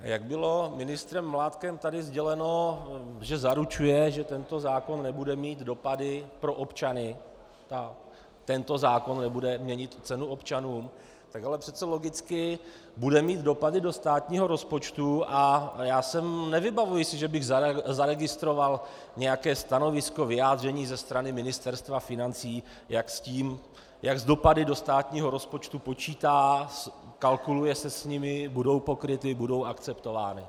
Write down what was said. Jak bylo ministrem Mládkem tady sděleno, že zaručuje, že tento zákon nebude mít dopady pro občany, tento zákon nebude měnit cenu občanům, tak ale přece logicky bude mít dopady do státního rozpočtu a já si nevybavuji, že bych zaregistroval nějaké stanovisko, vyjádření ze strany Ministerstva financí, jak s dopady do státního rozpočtu počítá, kalkuluje se s nimi, budou pokryty, budou akceptovány.